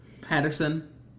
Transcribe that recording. Patterson